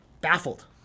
Baffled